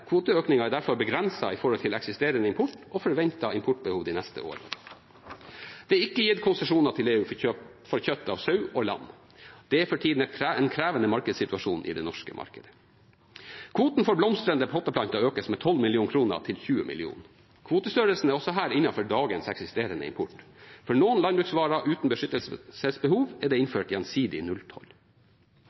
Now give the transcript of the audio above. Kvoteøkningen er derfor begrenset i forhold til eksisterende import og forventet importbehov de neste årene. Det er ikke gitt konsesjoner til EU for kjøtt av sau og lam. Det er for tida en krevende markedssituasjon i det norske markedet. Kvoten for blomstrende potteplanter økes med 12 mill. kr til 20 mill. kr. Kvotestørrelsen er også her innenfor dagens eksisterende import. For noen landbruksvarer uten beskyttelsesbehov er det innført gjensidig